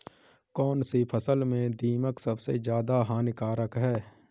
कौनसी फसल में दीमक सबसे ज्यादा हानिकारक है?